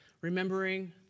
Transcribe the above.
remembering